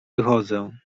wychodzę